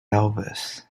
elvis